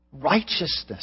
righteousness